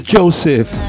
Joseph